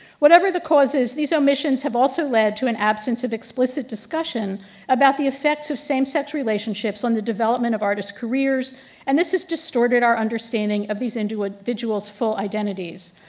whatever the causes, these omissions have also led to an absence of explicit discussion about the effects of same-sex relationships on the development of artists careers and this is distorted our understanding of these ah individuals full identities.